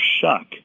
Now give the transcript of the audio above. shuck